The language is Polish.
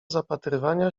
zapatrywania